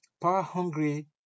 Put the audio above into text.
power-hungry